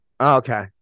Okay